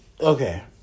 okay